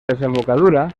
desembocadura